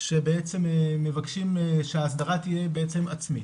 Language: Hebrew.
שבעצם מבקשים שההסדרה תהיה עצמית,